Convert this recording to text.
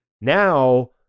Now